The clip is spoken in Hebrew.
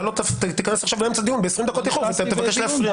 אתה לא תיכנס ב-20 דקות איחור ותבקש להפריע.